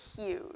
huge